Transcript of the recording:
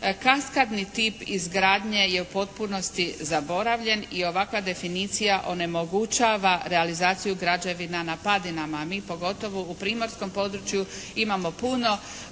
kaskadni tih izgradnje je u potpunosti zaboravljen i ovakva definicija onemogućava realizaciju građevina na padinama, a mi pogotovo u primorskom području imamo puno